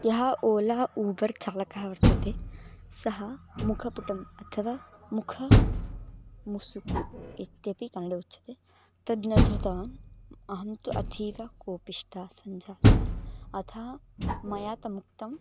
यः ओला ऊबर् चालकः वर्तते सः मुखपुटम् अथवा मुखं मुसुकु इत्यपि कन्नडे उच्यते तद् न धृतवान् अहं तु अतीव कोपिष्टा सञ्जाता अतः मया तमुक्तं